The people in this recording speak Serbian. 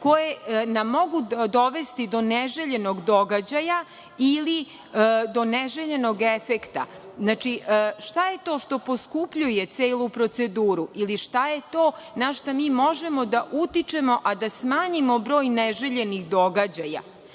koje mogu dovesti do neželjenog događaja ili do neželjenog efekta. Znači, šta je to što poskupljuje celu proceduru ili šta je to na šta mi možemo da utičemo, a da smanjimo broj neželjenih događaja,